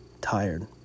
tired